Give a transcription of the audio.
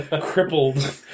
crippled